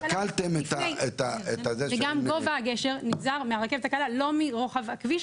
וגם גובה הגשר נגזר מהרכבת הקלה ולא מרוחב הכביש.